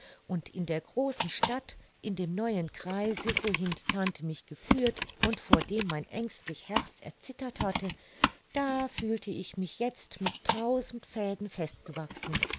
und in der großen stadt in dem neuen kreise wohin die tante mich geführt und vor dem mein ängstlich herz erzittert hatte da fühlte ich mich jetzt mit tausend fäden festgewachsen